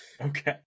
Okay